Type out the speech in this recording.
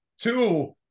Two